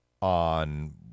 on